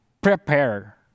prepare